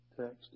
text